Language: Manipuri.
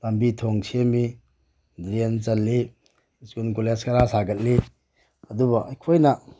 ꯂꯝꯕꯤ ꯊꯣꯡ ꯁꯦꯝꯃꯤ ꯗ꯭ꯔꯦꯟ ꯆꯜꯂꯤ ꯁ꯭ꯀꯨꯜ ꯀꯣꯂꯦꯖ ꯈꯔ ꯁꯥꯒꯠꯂꯤ ꯑꯗꯨꯕꯨ ꯑꯩꯈꯣꯏꯅ